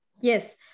Yes